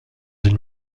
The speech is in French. une